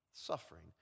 suffering